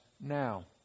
now